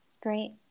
Great